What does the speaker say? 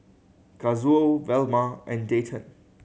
Kazuo Velma and Dayton